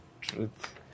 Truth